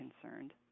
concerned